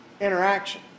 interaction